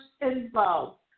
involved